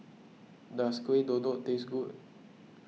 does Kuih Kodok taste good